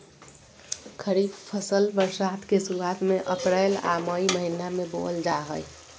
खरीफ फसल बरसात के शुरुआत में अप्रैल आ मई महीना में बोअल जा हइ